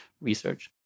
research